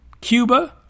Cuba